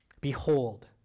Behold